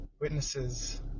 witnesses